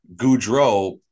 Goudreau